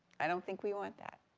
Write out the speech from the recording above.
i don't think we want that.